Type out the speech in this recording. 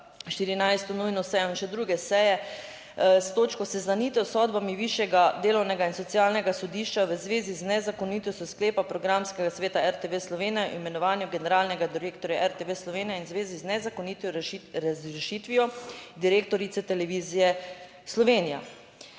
14. nujno sejo in še druge seje, s točko Seznanitev s sodbami višjega delovnega in socialnega sodišča v zvezi z nezakonitostjo sklepa programskega sveta RTV Slovenija o imenovanju generalnega direktorja RTV Slovenija in v zvezi z nezakonito razrešitvijo direktorice Televizije Slovenija.